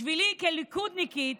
בשבילי כליכודניקית